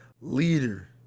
leader